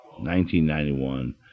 1991